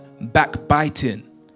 backbiting